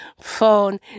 phone